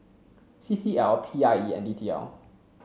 C C L P I E and D T L